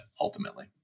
ultimately